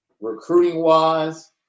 recruiting-wise